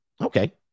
Okay